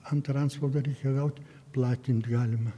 antrą antspaudą reikia gaut platint galima